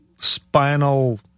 spinal